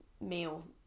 meal